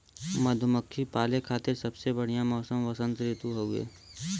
मधुमक्खी पाले खातिर सबसे बढ़िया मौसम वसंत ऋतु हउवे